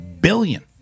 billion